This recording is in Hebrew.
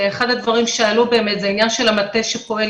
אחד הדברים שעלו זה העניין של המטה שפועל